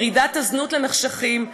ירידת הזנות למחשכים,